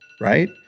right